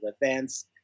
events